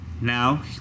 now